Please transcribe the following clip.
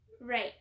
Right